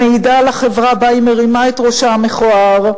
מעידה על החברה שבה היא מרימה את ראשה המכוער,